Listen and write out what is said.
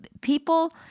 people